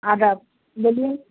آداب بولیے